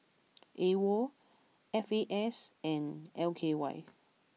Awol F A S and L K Y